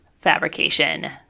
fabrication